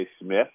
Smith